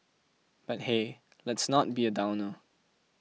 but hey let's not be a downer